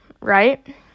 right